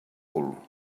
cul